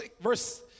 verse